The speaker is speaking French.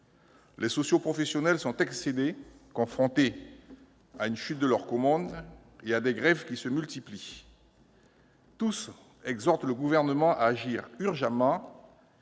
Les socio-professionnels sont excédés, confrontés à une chute de leurs commandes et à des grèves qui se multiplient. Tous exhortent le Gouvernement à agir urgemment,